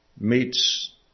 meets